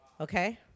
Okay